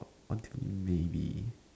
maybe